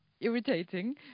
irritating